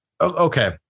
okay